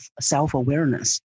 self-awareness